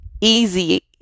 easy